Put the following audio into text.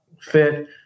fit